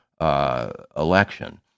election